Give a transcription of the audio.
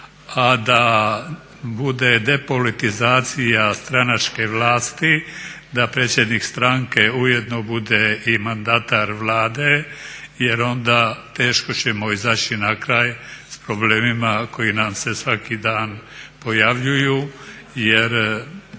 a da bude depolitizacija stranačke vlasti, da predsjednik stranke ujedno bude i mandatar Vlade jer onda teško ćemo izaći na kraj s problemima koji nam se svaki dan pojavljuju jer